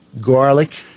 garlic